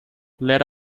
led